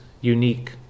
unique